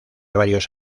varios